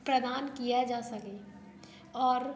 प्रदान किया जा सके और